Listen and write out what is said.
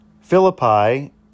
Philippi